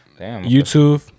YouTube